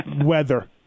weather